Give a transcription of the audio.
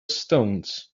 stones